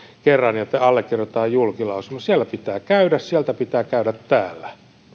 kerran ja allekirjoitetaan julkilausuma vaan siellä pitää käydä sieltä pitää käydä täällä